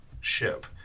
ship